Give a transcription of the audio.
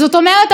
זאת אומרת,